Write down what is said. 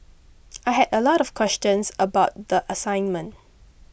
I had a lot of questions about the assignment